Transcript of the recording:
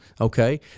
Okay